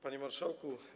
Panie Marszałku!